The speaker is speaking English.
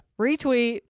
Retweet